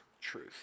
truth